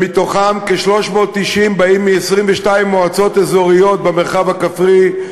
שמתוכם כ-390 באים מ-22 מועצות אזוריות במרחב הכפרי,